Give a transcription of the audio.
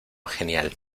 genial